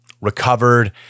recovered